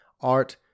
art